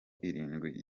irindwi